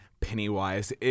Pennywise